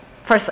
First